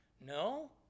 No